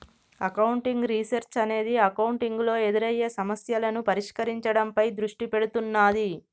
accounting research అనేది accounting లో ఎదురయ్యే సమస్యలను పరిష్కరించడంపై దృష్టి పెడుతున్నాది